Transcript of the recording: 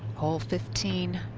hole fifteen.